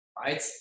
right